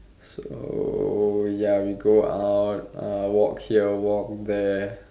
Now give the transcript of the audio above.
so ya we go out uh walk here walk there